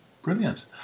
Brilliant